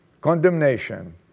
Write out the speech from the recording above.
condemnation